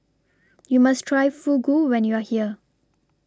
YOU must Try Fugu when YOU Are here